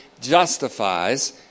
justifies